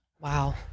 Wow